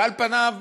שעל פניו,